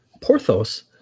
Porthos